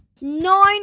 Nine